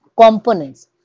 Components